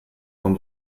von